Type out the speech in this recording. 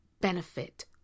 benefit